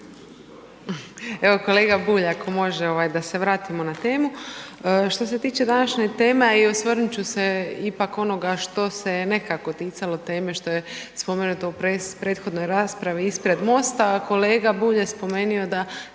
evo kolega Bulj, ako može ovaj da se vratimo na temu. Što se tiče današnje teme, a osvrnut će se ipak onoga što se je nekako ticalo teme što je spomenuto u prethodnoj raspravi ispred MOST-a, a kolega Bulj je spomenio da